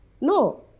No